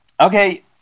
Okay